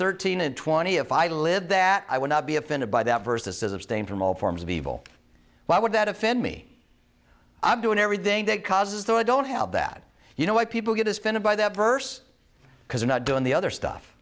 thirteen and twenty if i lived that i would not be offended by that versus as abstain from all forms of evil why would that offend me i'm doing everything that causes that i don't have that you know what people get is funded by that verse because i'm not doing the other stuff